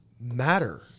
matter